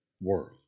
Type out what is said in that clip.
world